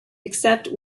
except